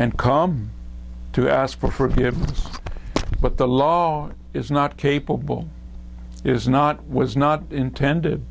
and calm to ask for forgiveness but the law is not capable is not was not intended